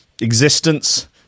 existence